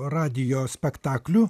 radijo spektaklių